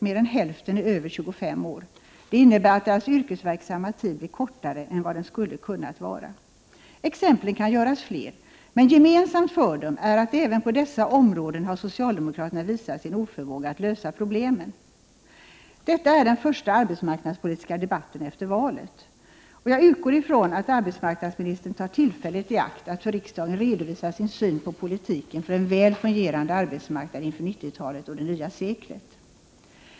Mer än hälften av dem är över 25 år. Det innebär att deras yrkesverksamma tid blir kortare än vad den skulle behöva vara. Fler exempel kan anföras. Men gemensamt för dem är att socialdemokraterna även på dessa områden har visat sin oförmåga att lösa problemen. Detta är den första arbetsmarknadspolitiska debatten efter valet. Jag utgår från att arbetsmarknadsministern tar tillfället i akt att för riksdagen redovisa sin syn på politiken när det gäller en väl fungerande arbetsmarknad inför 90-talet och det nya seklet.